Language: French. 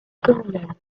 communal